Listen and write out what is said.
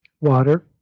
water